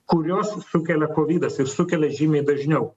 kuriuos sukelia kovidas ir sukelia žymiai dažniau